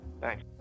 Thanks